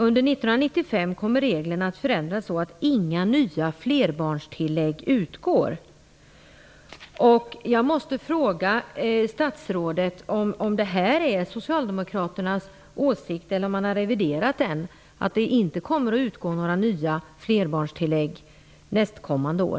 Under 1995 kommer reglerna att förändras så att inga nya flerbarnstillägg utgår.